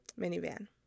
minivan